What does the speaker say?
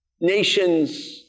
Nations